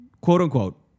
quote-unquote